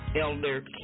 Elder